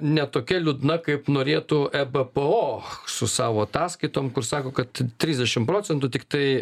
ne tokia liūdna kaip norėtų e b p o su savo ataskaitom kur sako kad trisdešimt procentų tiktai